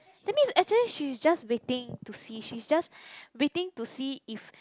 that means actually she's just waiting to see she's just waiting to see if